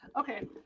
Okay